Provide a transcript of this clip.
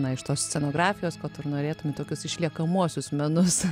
na iš tos scenografijos ko tu ir norėtum į tokius išliekamuosius menus